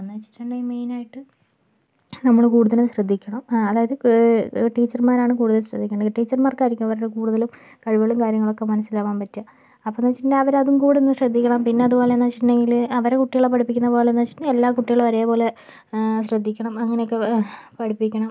എന്ന് വെച്ചിട്ടുണ്ടങ്കിൽ മെയിനായിട്ട് നമ്മൾ കൂടുതലും ശ്രദ്ധിക്കണം അതായത് ടീച്ചർമാരാണ് കൂടുതൽ ശ്രദ്ധിക്കേണ്ടത് ടീച്ചർമാർക്ക് ആയിരിക്കും അവരുടെ കൂടുതൽ കഴിവുകളും കാര്യങ്ങളും ഒക്കെ മനസിലാവാൻ പറ്റുക അപ്പം എന്ന് വെച്ചിട്ടുണ്ടേൽ അവർ അതുകൂടെ ഒന്ന് ശ്രദ്ധിക്കണം പിന്നെ അതുപോലെ എന്ന് വെച്ചിട്ടുണ്ടങ്കിൽ അവരെ കുട്ടികളെ പഠിപ്പിക്കുന്ന പോലെ എന്ന് വെച്ചിട്ടുണ്ടേൽ എല്ലാ കുട്ടികളേയും ഒരേ പോലെ ശ്രദ്ധിക്കണം അങ്ങനെയൊക്കെ പഠിപ്പിക്കണം